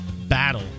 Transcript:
Battle